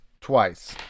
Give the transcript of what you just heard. twice